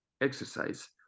exercise